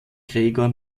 gregor